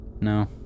No